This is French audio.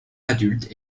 adulte